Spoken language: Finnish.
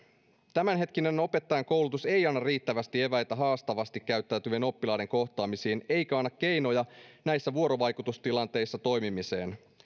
tämänhetkinen opettajankoulutus ei anna riittävästi eväitä haastavasti käyttäytyvien oppilaiden kohtaamisiin eikä anna keinoja näissä vuorovaikutustilanteissa toimimiseen